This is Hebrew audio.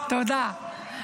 תודה.